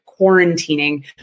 quarantining